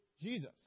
Jesus